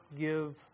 give